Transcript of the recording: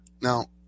Now